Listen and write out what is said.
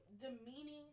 demeaning